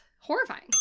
horrifying